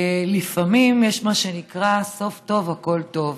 לפעמים יש, מה שנקרא, סוף טוב הכול טוב.